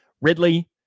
Ridley